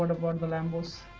the but and land was